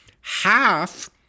Half